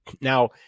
Now